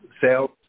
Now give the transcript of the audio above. Sales